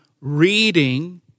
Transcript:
reading